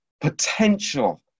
potential